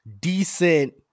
decent